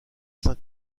saint